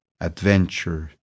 adventure